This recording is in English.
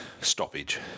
stoppage